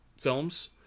films